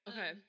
Okay